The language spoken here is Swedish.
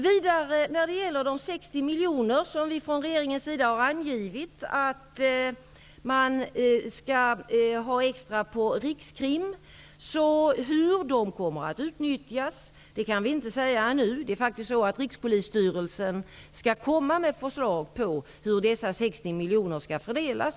Hur de 60 miljoner som vi från regeringen har angivit att man skall ha extra på Rikskrim kommer att utnyttjas kan vi inte svara på nu. Det är faktiskt så att Rikspolisstyrelsen skall komma med förslag på hur dessa 60 miljoner skall fördelas.